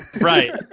right